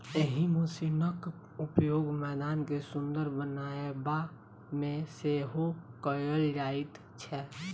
एहि मशीनक उपयोग मैदान के सुंदर बनयबा मे सेहो कयल जाइत छै